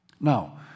Now